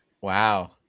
Wow